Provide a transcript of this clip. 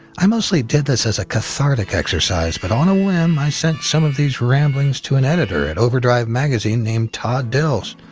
i mostly did this as a cathartic exercise, but on a whim, i sent some of these ramblings to an editor at overdrive magazine named todd dills.